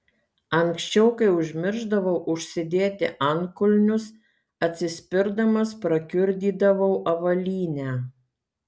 anksčiau kai užmiršdavau užsidėti antkulnius atsispirdamas prakiurdydavau avalynę